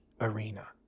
arena